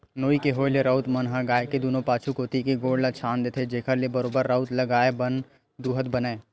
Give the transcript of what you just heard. नोई के होय ले राउत मन ह गाय के दूनों पाछू कोती के गोड़ ल छांद देथे, जेखर ले बरोबर राउत ल गाय ल बने दूहत बनय